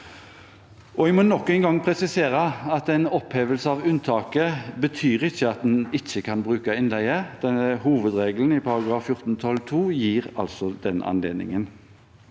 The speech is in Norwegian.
Jeg må nok en gang presisere at en opphevelse av unntaket ikke betyr at en ikke kan bruke innleie, hovedregelen i §14-12 (2) gir altså den anledningen.